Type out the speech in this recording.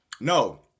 No